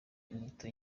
inyito